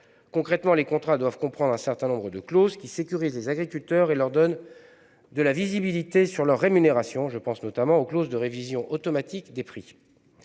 Concrètement, les contrats doivent comprendre un certain nombre de clauses qui sécurisent les agriculteurs et leur donnent de la visibilité sur leur rémunération. Je pense notamment aux clauses de révision automatique des prix.